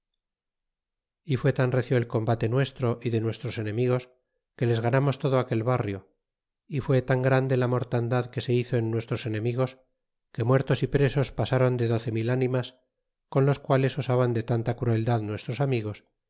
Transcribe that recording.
y fue tan recio el combate nues tro y de nuestros enemigos que les ganamos todo aquel barrio y y fué tan grande la mortandad que se hizo en nuestros enemi gos que muertos y presos pasron de doce mil ánimas con los quals osaban de tanta crueldad nuestros amigos